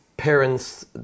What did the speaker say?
Parents